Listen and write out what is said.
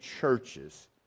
churches